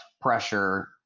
pressure